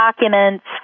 documents